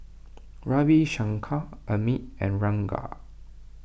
Ravi Shankar Amit and Ranga